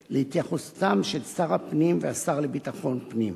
להתייחסותם של שר הפנים והשר לביטחון הפנים.